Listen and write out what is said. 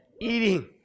Eating